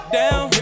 down